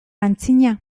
aitzina